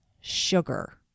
Sugar